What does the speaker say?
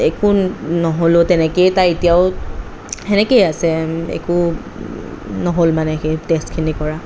একো নহ'লেও তেনেকৈয়ে তাই এতিয়াও সেনেকৈয়ে আছে একো নহ'ল মানে সেই টেষ্টখিনি কৰা